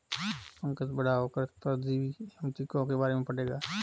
पंकज बड़ा होकर परजीवी एवं टीकों के बारे में पढ़ेगा